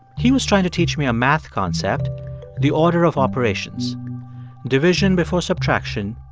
he was trying to teach me a math concept the order of operations division before subtraction,